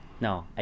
no